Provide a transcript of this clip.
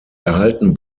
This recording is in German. erhalten